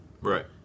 right